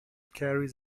carries